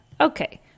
Okay